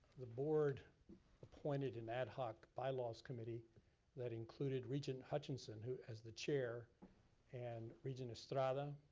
the board appointed an ad hoc bylaws committee that included regent hutchinson who as the chair and regent estrada,